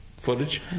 footage